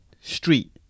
street